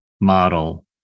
model